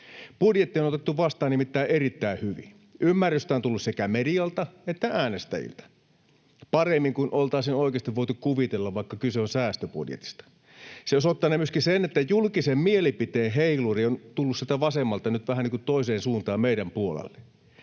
Budjetti on otettu vastaan erittäin hyvin. Ymmärrystä on tullut sekä medialta että äänestäjiltä paremmin kuin oltaisiin oikeasti voitu kuvitella, vaikka kyse on säästöbudjetista. Se osoittanee myöskin sen, että julkisen mielipiteen heiluri on tullut sieltä vasemmalta nyt vähän niin kuin toiseen suuntaan meidän puolelle.